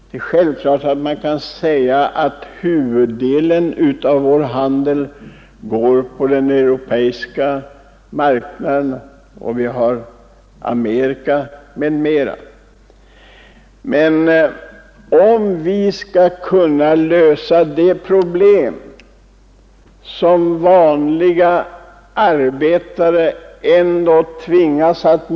Det är självklart att man kan säga att huvuddelen av vår handel går på den europeiska marknaden och till USA. Men nu gäller det att lösa de problem som vanliga arbetare ändå tvingas möta.